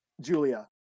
julia